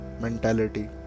mentality